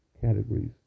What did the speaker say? categories